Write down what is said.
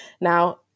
Now